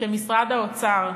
שמשרד האוצר,